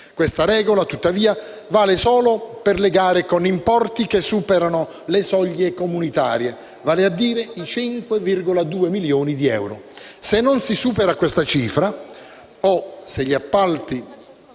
Questa regola, tuttavia, vale solo per le gare con importi che superano le soglie comunitarie, vale a dire i 5,2 milioni di euro. Se non si supera questa cifra o se gli appalti